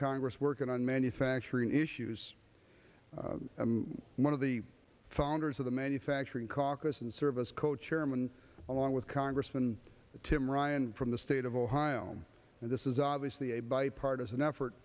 congress working on manufacturing issues i'm one of the founders of the manufacturing caucus and service cochairman along with congressman tim ryan from the state of ohio and this is obviously a bipartisan effort